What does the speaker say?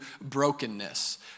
brokenness